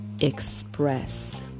express